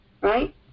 right